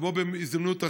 כמו בהזדמנות אחרת,